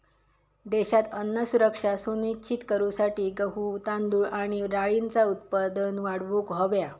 देशात अन्न सुरक्षा सुनिश्चित करूसाठी गहू, तांदूळ आणि डाळींचा उत्पादन वाढवूक हव्या